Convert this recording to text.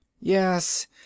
Yes